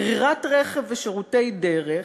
גרירת רכב ושירותי דרך,